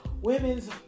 women's